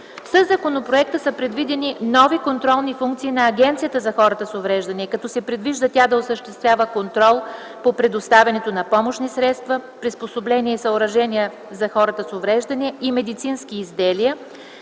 Със законопроекта са предвидени нови контролни функции на Агенцията за хората с увреждания, като се предвижда тя да осъществява контрол по предоставянето на помощни средства, приспособления и съоръжения за хората с увреждания и медицински изделия,